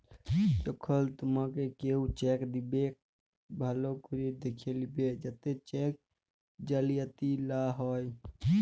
যখল তুমাকে কেও চ্যাক দিবেক ভাল্য ক্যরে দ্যাখে লিবে যাতে চ্যাক জালিয়াতি লা হ্যয়